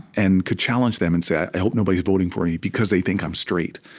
and could challenge them and say, i hope nobody is voting for me because they think i'm straight.